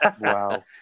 Wow